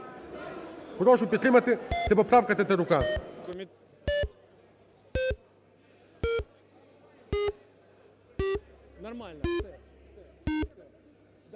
Прошу підтримати, це поправка Тетерука.